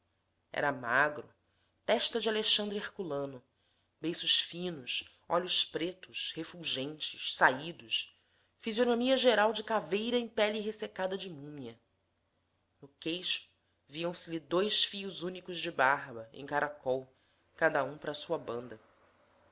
era magro testa de alexandre herculano beiços finos olhos pretos refulgentes saídos fisionomia geral de caveira em pele ressecada de múmia no queixo viam-se-lhe dois fios únicos de barba em caracol cada um para a sua banda